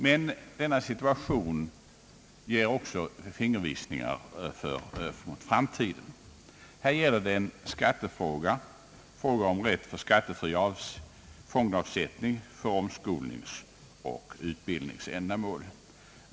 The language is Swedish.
Men denna situation ger också fingervisningar för framtiden. Här gäller det en skattefråga, nämligen om rätt till skattefria fondavsättningar för omskolningsoch utbildningsändamål.